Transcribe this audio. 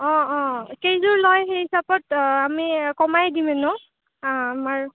অঁ অঁ কেইযোৰ লয় সেই হিচাপত অঁ আমি কমাই দিম এনেও আমাৰ